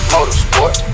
Motorsport